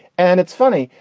and it's funny.